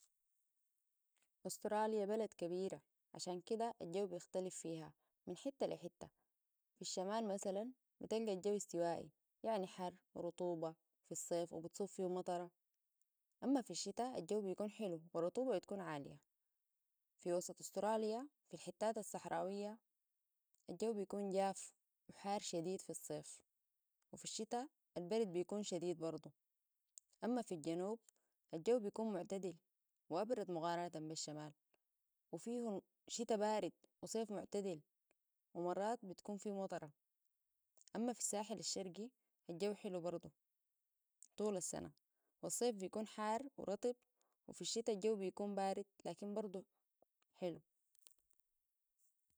ستراليا بلد كبير عشان كده الجو بيختلف فيها من حتة لي حتة في الشمال مثلا بتلقى الجو استوائي يعني حر ورطوبة في الصيف وبتصب فيه مطرة أما في الشتاء الجو بيكون حلو ورطوبة بتكون عالية في وسط أستراليا في الحتات الصحراوية الجو بيكون جاف وحار شديد في الصيف وفي الشتاء البرد بيكون شديد برضو أما في الجنوب الجو بيكون معتدل وأبرمقارنة بالشمال وفيه شتاء بارد وصيف معتدل ومرات بتكون فيه مطرة أما في الساحل الشرقي الجو حلو برضو طول السنة والصيف بيكون حار ورطب وفي الشتا الجو بيكون بارد لكن برضو حلو